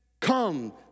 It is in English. come